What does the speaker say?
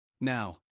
Now